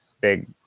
big